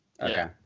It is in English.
okay